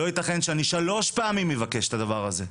לא ייתכן שאני שלוש פעמים מבקש את הדבר הזה,